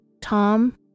Tom